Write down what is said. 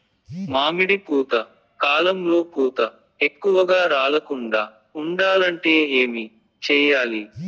మామిడి పూత కాలంలో పూత ఎక్కువగా రాలకుండా ఉండాలంటే ఏమి చెయ్యాలి?